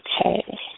Okay